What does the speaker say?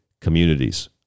communities